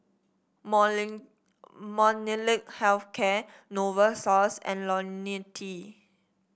Molnylcke Health Care Novosource and IoniL T